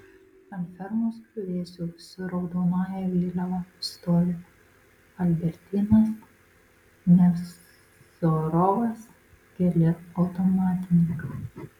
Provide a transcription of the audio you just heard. ant fermos griuvėsių su raudonąja vėliava stovi albertynas nevzorovas keli automatininkai